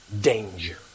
danger